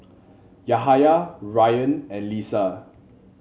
Yahaya Ryan and Lisa